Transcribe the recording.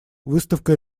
выставка